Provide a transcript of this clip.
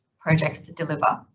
projects to deliver.